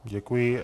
Děkuji.